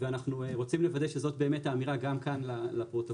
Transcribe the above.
ואנחנו רוצים לוודא שזאת באמת האמירה גם כאן לפרוטוקול,